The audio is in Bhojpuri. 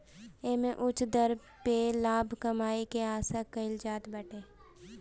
एमे उच्च दर पे लाभ कमाए के आशा कईल जात बाटे